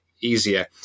easier